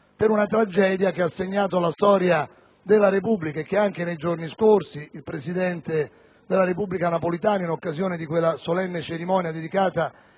per una tragedia che ha segnato la storia della Repubblica e che anche nei giorni scorsi il presidente della Repubblica Napolitano, in occasione di quella solenne cerimonia dedicata